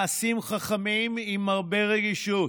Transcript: מעשים חכמים עם הרבה רגישות,